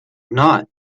not